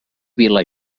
vila